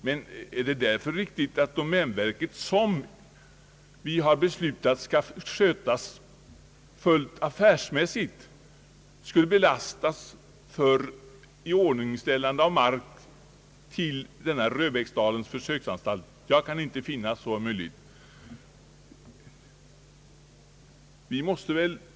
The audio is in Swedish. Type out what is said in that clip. Men är det därför riktigt att domänverket som, enligt vad vi beslutat, skall skötas fullt affärsmässigt, skall belastas för iordningställande av mark till Röbäcksdalens försöksanstalt? Jag kan inte finna det riktigt.